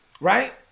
right